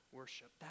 worship